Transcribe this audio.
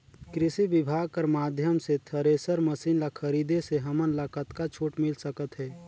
कृषि विभाग कर माध्यम से थरेसर मशीन ला खरीदे से हमन ला कतका छूट मिल सकत हे?